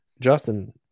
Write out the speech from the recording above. Justin